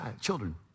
children